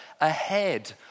ahead